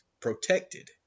protected